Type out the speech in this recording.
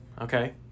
Okay